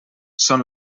són